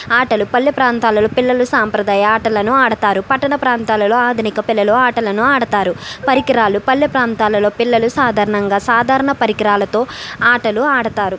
ఆటలు పల్లె ప్రాంతాలలో పిల్లలు సాంప్రదాయ ఆటలను ఆడతారు పట్టణ ప్రాంతాలలో ఆధునిక పిల్లలు ఆటలను ఆడతారు పరికరాలు పల్లె ప్రాంతాలలో పిల్లలు సాధారణంగా సాధారణ పరికరాలతో ఆటలు ఆడతారు